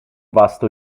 vasto